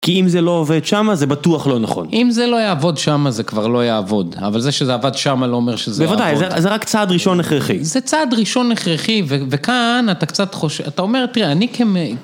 כי אם זה לא עובד שם זה בטוח לא נכון. אם זה לא יעבוד שם זה כבר לא יעבוד. אבל זה שזה עבד שם לא אומר שזה יעבוד. בוודאי, זה רק צעד ראשון הכרחי. זה צעד ראשון הכרחי, וכאן אתה קצת חושב... אתה אומר, תראה, אני כמ...